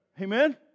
Amen